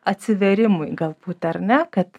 atsivėrimui galbūt ar ne kad